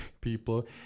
people